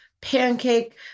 pancake